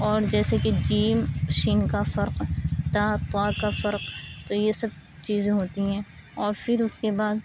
اور جیسے کہ ج ش کا فرق ت ط کا فرق تو یہ سب چیزیں ہوتی ہیں اور پھراس کے بعد